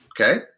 Okay